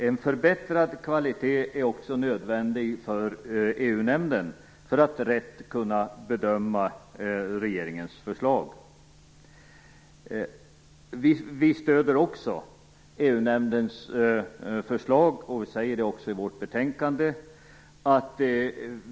En förbättrad kvalitet är också nödvändig för EU-nämnden för att rätt kunna bedöma regeringens förslag. Vi stöder också ett annat av EU-nämndens förslag, och det sägs också i KU:s betänkande.